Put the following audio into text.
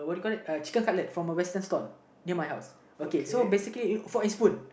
you call that chicken cutlet from a western stall near my house okay so basically fork and spoon